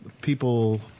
people